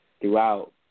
throughout